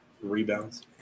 Rebounds